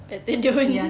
better don't